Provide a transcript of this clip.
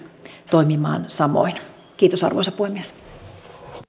toimimaan samoin kiitos arvoisa puhemies